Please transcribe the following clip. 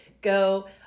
go